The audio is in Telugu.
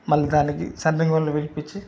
మళ్ళీ దానికి సెంటరింగ్ వాళ్ళని పిలిపించి